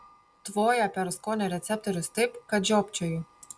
tvoja per skonio receptorius taip kad žiopčioju